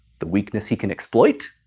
the weakness he can exploit?